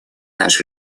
наш